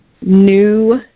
new